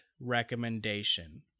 recommendation